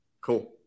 cool